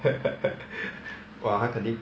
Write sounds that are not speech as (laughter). (laughs) !wah! 他肯定